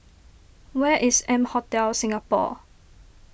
where is M Hotel Singapore